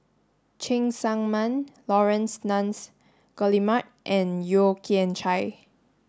Cheng Tsang Man Laurence Nunns Guillemard and Yeo Kian Chai